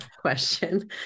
question